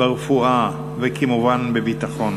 ברפואה וכמובן בביטחון.